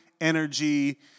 energy